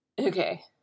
Okay